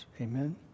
Amen